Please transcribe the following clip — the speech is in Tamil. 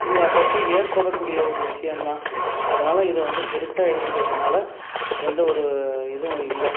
இது அப்பப்போ ஏற்படக்கூடிய ஒரு விஷயந்தான் அதனால் இதை வந்து பெருசாக எடுத்துக்கறதுனால் எந்தவொரு இதுவும் இல்லை